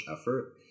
effort